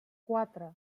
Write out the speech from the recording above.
quatre